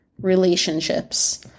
relationships